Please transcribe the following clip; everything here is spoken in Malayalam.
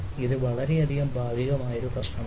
ഇത് വളരെയധികം ഭാഗികമായ ഒരു പ്രശ്നമാണ്